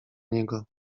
niego